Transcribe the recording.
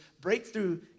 breakthrough